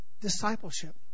discipleship